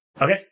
Okay